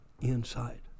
inside